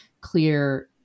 clear